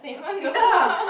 ya